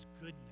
goodness